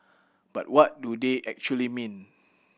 but what do they actually mean